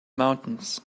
mountains